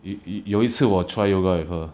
有有有一次我 try yoga with her